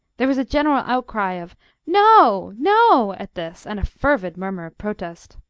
there was a general outcry of no, no! at this, and a fervid murmur of protest.